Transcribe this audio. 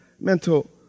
mental